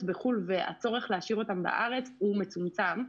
בחו"ל והצורך להשאיר אותם בארץ הוא מצומצם.